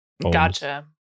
Gotcha